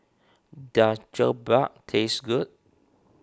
does Jokbal taste good